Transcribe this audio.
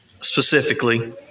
specifically